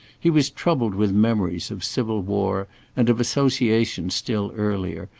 he was troubled with memories of civil war and of associations still earlier,